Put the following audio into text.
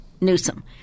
Newsom